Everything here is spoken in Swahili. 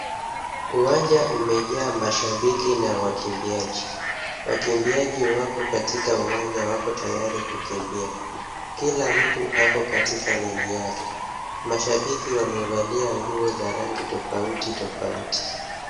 Uwanja umejaa mashabiki na wakimbiaji, wakimbiaji wako katika uwanja wako tayari kukimbia, kila mtu ako katika lane yake, mashabiki wamevaa nguo za rangi tofauti tofauti.